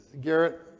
Garrett